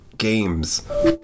games